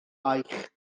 eich